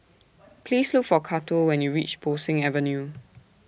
Please Look For Cato when YOU REACH Bo Seng Avenue